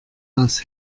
aus